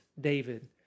David